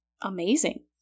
amazing